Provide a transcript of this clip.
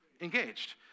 engaged